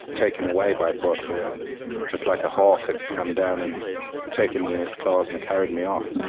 taken away by poetry, and just like a hawk had come down and taken me in its claws and carried me off.